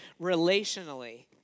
relationally